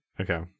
Okay